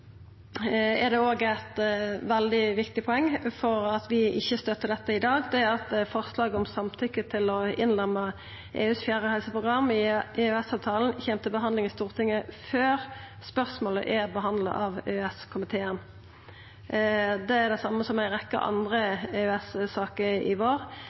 at vi ikkje støttar dette i dag, og det er at forslaget om samtykke til å innlemma EUs fjerde helseprogram i EØS-avtalen kjem til behandling i Stortinget før spørsmålet er behandla av EØS-komiteen. Det er på same måte som med ei rekkje andre EØS-saker i vår,